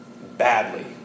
Badly